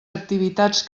activitats